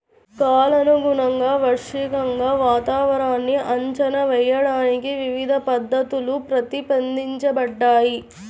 కాలానుగుణంగా, వార్షికంగా వాతావరణాన్ని అంచనా వేయడానికి వివిధ పద్ధతులు ప్రతిపాదించబడ్డాయి